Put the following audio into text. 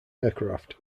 aircraft